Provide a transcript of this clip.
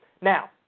Now